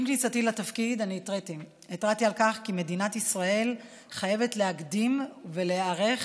עם כניסתי לתפקיד אני התרעתי שמדינת ישראל חייבת להקדים ולהיערך